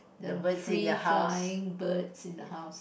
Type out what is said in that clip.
the free flying birds in the house